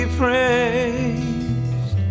praised